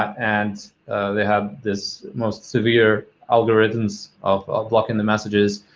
and they have this most severe algorithms of of blocking the messages.